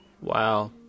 Wow